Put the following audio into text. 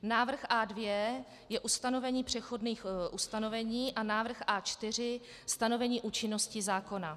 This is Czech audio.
Návrh A2 je ustanovení přechodných ustanovení a návrh A4 je stanovení účinnosti zákona.